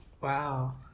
Wow